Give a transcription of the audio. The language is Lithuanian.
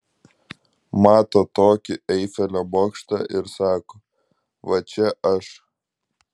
mato tokį eifelio bokštą ir sako va čia aš